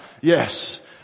Yes